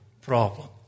problem